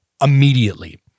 immediately